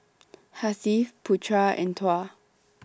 Hasif Putra and Tuah